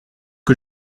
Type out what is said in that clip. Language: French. que